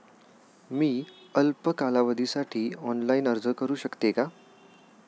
मी अल्प कालावधीसाठी ऑनलाइन अर्ज करू शकते का?